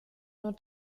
nur